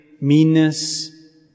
meanness